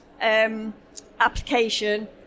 application